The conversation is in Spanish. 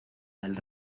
del